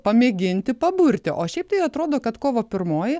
pamėginti paburti o šiaip tai atrodo kad kovo pirmoji